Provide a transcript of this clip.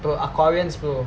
bro aquarius bro